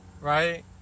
right